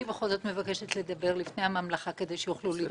אני בכל זאת מבקשת לדבר לפני הממלכה כדי שיוכלו להתייחס.